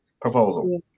proposal